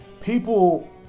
People